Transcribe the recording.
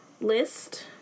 list